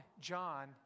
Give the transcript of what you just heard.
John